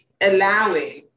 allowing